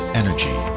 energy